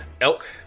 elk